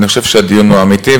אני חושב שהדיון הוא אמיתי,